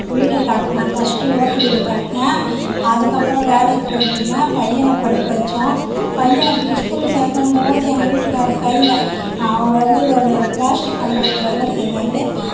வீடு கட்டின ஃபர்ஸ்ட் ஓட்டு வீடு கட்டின அதுக்கப்பறம் வேலைக்கு போய்ட்டு இருந்தேன் பையனை படிக்க வைச்சோம் பையனை ஸ்கூல் சேர்க்கும் போது எங்கள் வீட்டுக்காரர் கையில் அவர் வந்து ஒரு பிளாஸ்டிக் கம்பெனியில் வேலை செய்தார்